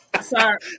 sorry